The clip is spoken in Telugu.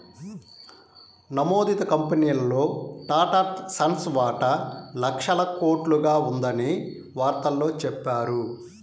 నమోదిత కంపెనీల్లో టాటాసన్స్ వాటా లక్షల కోట్లుగా ఉందని వార్తల్లో చెప్పారు